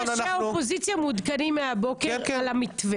כל אנשי האופוזיציה מעודכנים מהבוקר על המתווה.